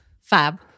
fab